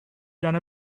done